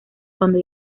cuando